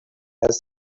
has